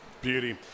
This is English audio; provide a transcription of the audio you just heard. Beauty